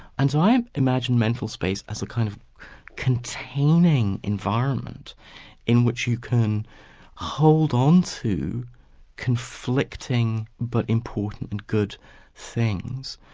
and so i imagine mental space as a kind of containing environment in which you can hold on to conflicting but important, and good things,